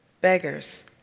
beggars